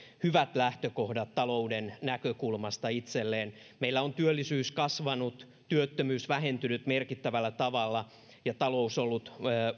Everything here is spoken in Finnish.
hyvät lähtökohdat talouden näkökulmasta itselleen meillä on työllisyys kasvanut työttömyys vähentynyt merkittävällä tavalla ja talous ollut